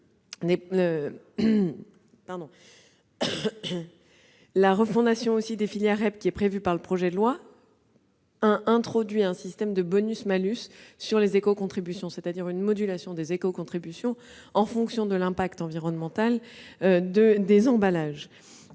La refondation des filières REP prévue par le projet de loi crée par ailleurs un système de bonus-malus sur les éco-contributions, c'est-à-dire une modulation des éco-contributions en fonction de l'impact environnemental des emballages.